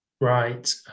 Right